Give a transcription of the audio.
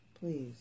please